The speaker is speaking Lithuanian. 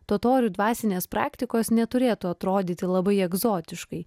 totorių dvasinės praktikos neturėtų atrodyti labai egzotiškai